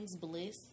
bliss